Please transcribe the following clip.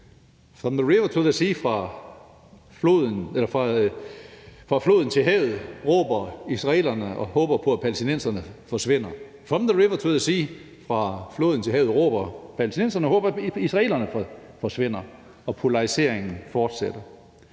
from the river to the sea, fra floden til havet, og håber på, at palæstinenserne forsvinder. Og palæstinenserne